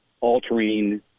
altering